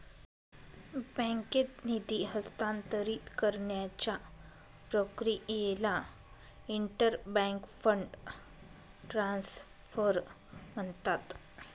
बँकेत निधी हस्तांतरित करण्याच्या प्रक्रियेला इंटर बँक फंड ट्रान्सफर म्हणतात